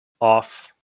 Off